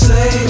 Say